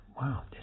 wow